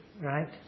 right